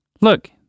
Look